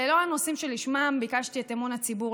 אלה לא הנושאים שלשמם ביקשתי את אמון הציבור.